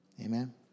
amen